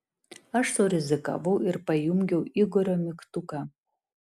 aš surizikavau ir pajungiau igorio mygtuką